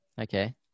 Okay